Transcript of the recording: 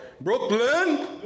Brooklyn